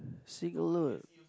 sing alone